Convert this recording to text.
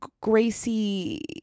gracie